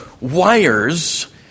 wires